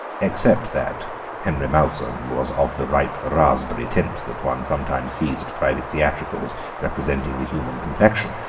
except that henry malsom was of the ripe raspberry tint that one sometimes sees at private theatricals representing the human complexion,